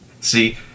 See